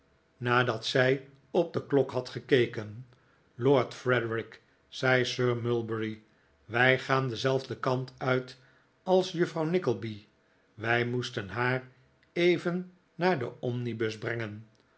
nadat zij op de klok had gekeken lord frederik zei sir mulberry wij gaan denzelfden kant uit als juffrouw nickleby wij moesten haar even naar den omnibus brengen